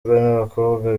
n’abakobwa